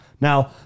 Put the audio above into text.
Now